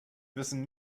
wissen